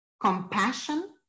compassion